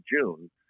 June